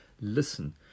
listen